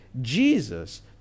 Jesus